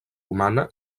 romana